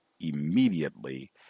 immediately